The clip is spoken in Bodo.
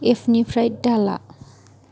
एपनिफ्राय दाला